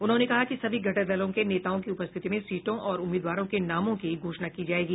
उन्होंने ने कहा सभी घटक दलों के नेताओं की उपस्थिति में सीटों और उम्मीदवारों के नामों की घोषणा की जायेगी